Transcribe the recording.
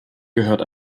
gehört